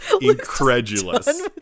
Incredulous